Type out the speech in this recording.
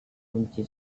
kunci